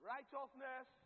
Righteousness